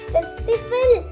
Festival